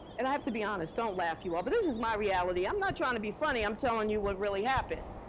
and i have to be honest, don't laugh, you all, but this is my reality. i'm not trying to be funny, i'm telling you what really happened.